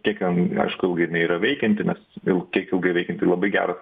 kiek ten aišku ilgai inai yra veikianti nes jau kiek ilgai veikian tai labai geras